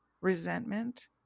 resentment